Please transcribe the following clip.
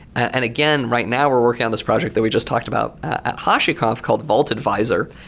and again, right now we're working on this product that we just talked about at hashiconf called vault advisor,